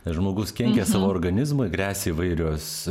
žmogus kenkia savo organizmui gresia įvairios